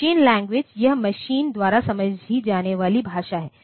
machine language यह machine द्वारा समझी जाने वाली भाषा है